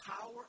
power